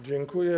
Dziękuję.